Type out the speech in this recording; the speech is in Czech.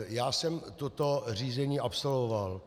Já jsem toto řízení absolvoval.